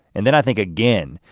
and then i think again,